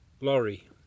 lorry